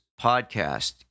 podcast